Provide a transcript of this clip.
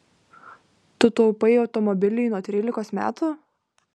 tu taupai automobiliui nuo trylikos metų